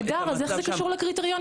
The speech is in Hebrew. נהדר, אז איך זה קשור לקריטריונים?